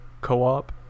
co-op